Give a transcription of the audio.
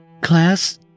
Class